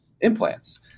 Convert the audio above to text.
implants